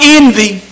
envy